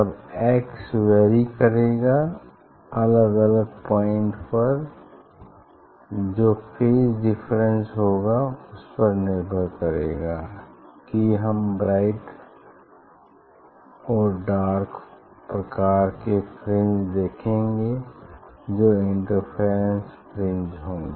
तब x vary करेगा अलग अलग पॉइंट्स पर जो फेज डिफरेंस होगा उस पर निर्भर करेगा कि हम ब्राइट और डार्क प्रकार की फ्रिंज देखेंगे जो इंटरफेरेंस फ्रिंज हैं